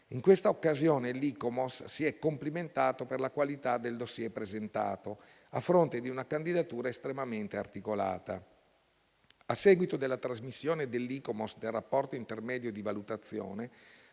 In questa occasione l'ICOMOS si è complimentato per la qualità del *dossier* presentato, a fronte di una candidatura estremamente articolata. A seguito della trasmissione da parte dell'ICOMOS del rapporto intermedio di valutazione,